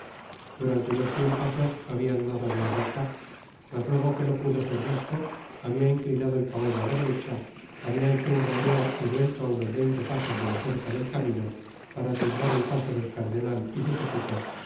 durante unos cien pasos habia andado via recta mas luego que no pudo ser visto habia inclinado el caballo á la derecha habia hecho un rodeo y vuelto á unos veinte pasos de la cerca del camino para atisbar el paso del cardenal y su séquito y